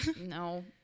No